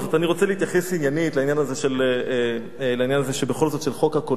אני רוצה להתייחס עניינית לעניין הזה של חוק הקולנוע